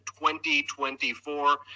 2024